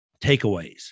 takeaways